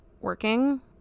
working